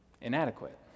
Inadequate